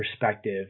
perspective